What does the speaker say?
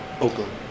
Oakland